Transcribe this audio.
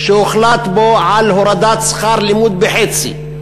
שהוחלט בו על הורדת שכר לימוד בחצי.